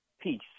peace